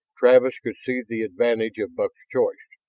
travis could see the advantage of buck's choice.